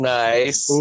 nice